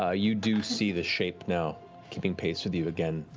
ah you do see the shape now keeping pace with you again,